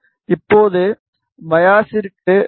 இப்போது பையாஸிங்க்கு டி